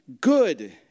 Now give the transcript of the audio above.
good